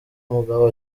umugabo